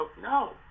No